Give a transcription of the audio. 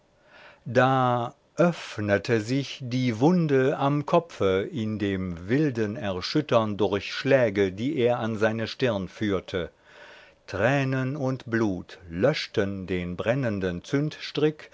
da öffnete sich die wunde am kopfe in dem wilden erschüttern durch schläge die er an seine stirn führte tränen und blut löschten den brennenden